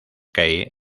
key